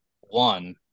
one